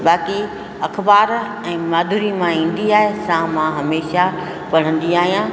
बाक़ी अख़बार ऐं माधूरिमा ईंदी आहे सां मां हमेशह पढ़ंदी आहियां